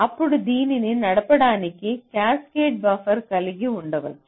అప్పుడు దీనిని నడపడానికి క్యాస్కేడ్ బఫర్ కలిగి ఉండవచ్చు